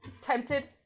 Tempted